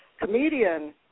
comedian